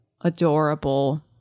Adorable